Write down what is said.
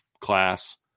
class